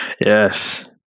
Yes